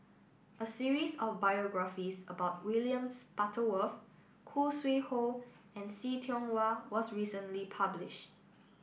a series of biographies about Williams Butterworth Khoo Sui Hoe and See Tiong Wah was recently published